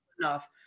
enough